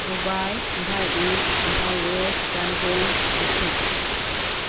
Thoubal Imphal East Imphal West Chandel Ukhrul